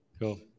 Cool